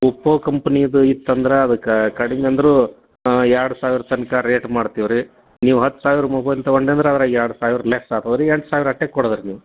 Oppo ಕಂಪನೀದು ಇತ್ತು ಅಂದ್ರೆ ಅದಕ್ಕೆ ಕಡಿಮೆ ಅಂದರೂ ಎರಡು ಸಾವಿರ ತನಕ ರೇಟ್ ಮಾಡ್ತೀವಿ ರೀ ನೀವು ಹತ್ತು ಸಾವಿರ ಮೊಬೈಲ್ ತೊಗೊಂಡು ಅಂದ್ರೆ ಅದ್ರಾಗೆ ಎರಡು ಸಾವಿರ ಲೆಸ್ ಆಗ್ತವ್ ರೀ ಎಂಟು ಸಾವಿರ ಅಷ್ಟೇ ಕೊಡ್ಬೇಕು ನೀವು